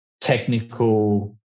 technical